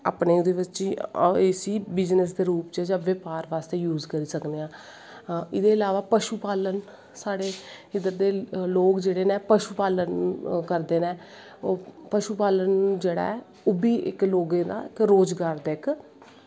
अपने एह्दे बिच्च इसी बिजनस दे रूप च बार बार रूज़ करी सकने आं एह्ॅदे इलावा पशू पालन साढ़े इद्दरदे लोग जेह्ड़े नै पशू पालन करदे नै पशू पालन जेह्ड़ा ऐ ओह् बी लोगें दा इक